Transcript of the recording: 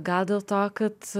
gal dėl to kad